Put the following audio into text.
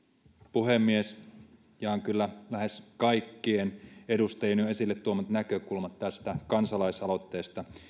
puhemies jaan kyllä jo lähes kaikkien edustajien esille tuomat näkökulmat tästä kansalaisaloitteesta